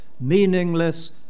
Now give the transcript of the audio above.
meaningless